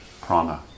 prana